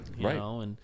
Right